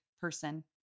person